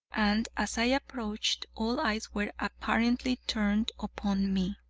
and as i approached, all eyes were apparently turned upon me.